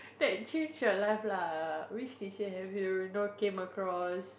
that change your life lah which teacher have you you know came across